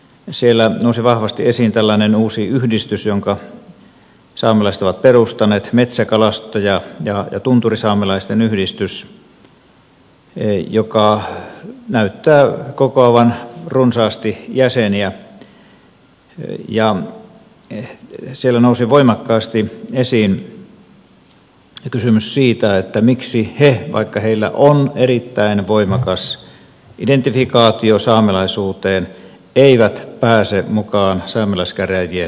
siellä nousi vahvasti esiin tällainen uusi yhdistys jonka saamelaiset ovat perustaneet metsä kalastaja ja tunturisaamelaisten yhdistys joka näyttää kokoavan runsaasti jäseniä ja siellä nousi voimakkaasti esiin kysymys siitä miksi he vaikka heillä on erittäin voimakas identifikaatio saamelaisuuteen eivät pääse mukaan saamelaiskäräjien vaaliluetteloon